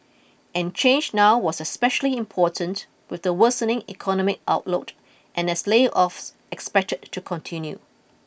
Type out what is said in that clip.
and change now was especially important with the worsening economic outlook and as layoffs expected to continue